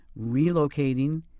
relocating